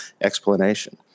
explanation